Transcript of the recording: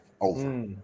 Over